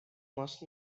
must